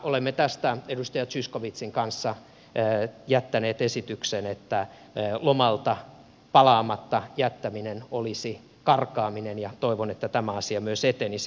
olemme tästä edustaja zyskowiczin kanssa jättäneet esityksen että lomalta palaamatta jättäminen olisi karkaaminen ja toivon että tämä asia myös etenisi